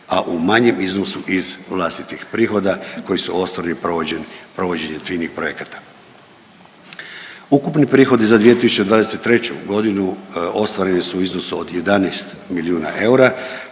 a u manjem iznosu iz vlastitih prihoda koji su ostvareni provođenjem twining projekata. Ukupni prihodi za 2023. godinu ostvareni su u iznosu od 11 milijuna eura